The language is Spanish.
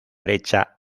brecha